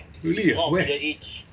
really ah where